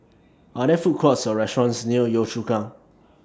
Are There Food Courts Or restaurants near Yio Chu Kang